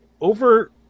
Over